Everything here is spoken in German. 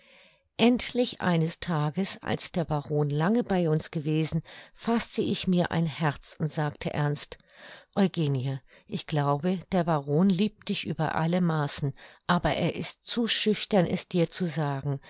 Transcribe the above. endlich eines tages als der baron lange bei uns gewesen faßte ich mir ein herz und sagte ernst eugenie ich glaube der baron liebt dich über alle maßen aber er ist zu schüchtern es dir zu sagen